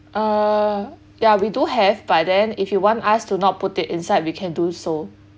uh yeah we do have but then if you want us to not put it inside we can do so